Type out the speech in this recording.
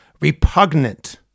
repugnant